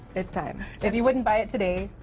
it's time. if you wouldn't buy it today,